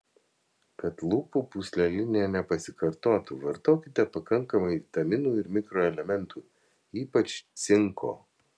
kad lūpų pūslelinė nepasikartotų vartokite pakankamai vitaminų ir mikroelementų ypač cinko